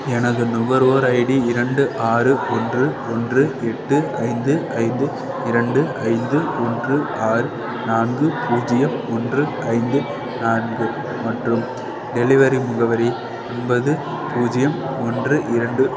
எனது நுகர்வோர் ஐடி இரண்டு ஆறு ஒன்று ஒன்று எட்டு ஐந்து ஐந்து இரண்டு ஐந்து ஒன்று ஆறு நான்கு பூஜ்ஜியம் ஒன்று ஐந்து நான்கு மற்றும் டெலிவரி முகவரி ஒன்பது பூஜ்ஜியம் ஒன்று இரண்டு